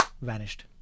vanished